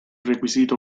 requisito